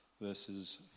verses